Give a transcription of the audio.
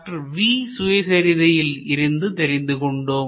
V சுயசரிதையில் இருந்து தெரிந்து கொண்டோம்